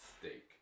steak